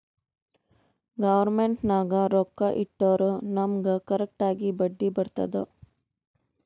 government ನಾಗ್ ರೊಕ್ಕಾ ಇಟ್ಟುರ್ ನಮುಗ್ ಕರೆಕ್ಟ್ ಆಗಿ ಬಡ್ಡಿ ಬರ್ತುದ್